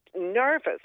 nervous